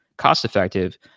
cost-effective